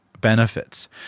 benefits